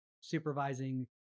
supervising